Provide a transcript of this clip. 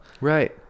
right